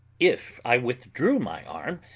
if i withdrew my arm,